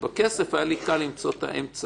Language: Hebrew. בכסף היה לי קל למצוא את האמצע,